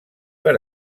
per